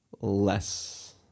less